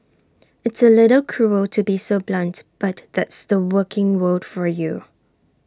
it's A little cruel to be so blunt but that's the working world for you